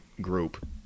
group